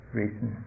reason